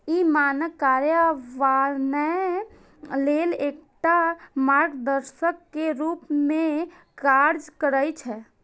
ई मानक कार्यान्वयन लेल एकटा मार्गदर्शक के रूप मे काज करै छै